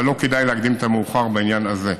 אבל לא כדאי להקדים את המאוחר בעניין הזה.